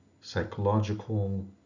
psychological